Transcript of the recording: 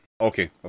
okay